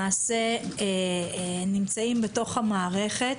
שנמצאים בתוך המערכת,